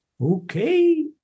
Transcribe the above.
Okay